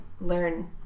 learn